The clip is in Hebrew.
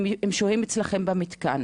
הם שוהים אצלכם במתקן.